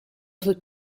sul